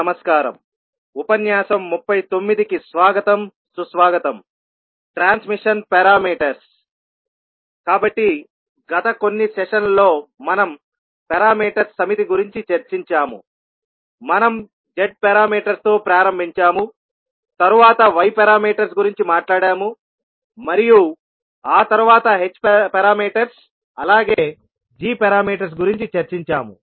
నమస్కారముకాబట్టి గత కొన్ని సెషన్లలో మనం పారామీటర్స్ సమితి గురించి చర్చించాముమనం z పారామీటర్స్ తో ప్రారంభించాము తరువాత y పారామీటర్స్ గురించి మాట్లాడాము మరియు ఆ తరువాత h పారామీటర్స్ అలాగే g పారామీటర్స్ గురించి చర్చించాము